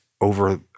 over